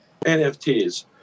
NFTs